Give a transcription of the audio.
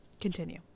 Continue